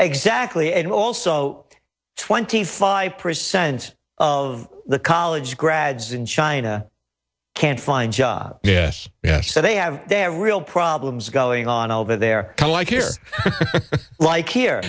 exactly and also twenty five percent the college grads in china can't find jobs yes yes so they have their real problems going on over there like here like here